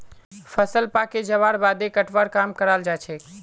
फसल पाके जबार बादे कटवार काम कराल जाछेक